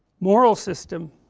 moral system,